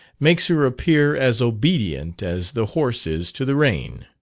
makes her appear as obedient as the horse is to the rein.